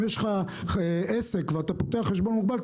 אם יש לך עסק ואתה פותח חשבון מוגבל,